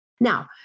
Now